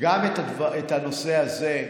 גם את הנושא הזה,